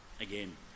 Again